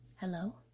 Hello